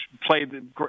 played